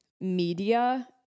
media